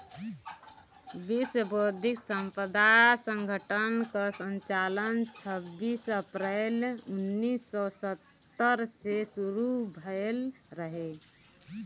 विश्व बौद्धिक संपदा संगठन कअ संचालन छबीस अप्रैल उन्नीस सौ सत्तर से शुरू भयल रहे